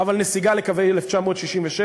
אבל נסיגה לקווי 1967,